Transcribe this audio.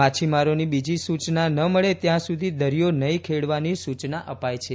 માછીમારોને બીજી સૂચના ન મળે ત્યાં સૂધી દરિયો નહીં ખેડવાની સૂચના અપાઇ છે